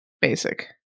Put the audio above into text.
basic